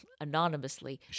anonymously